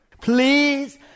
Please